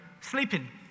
sleeping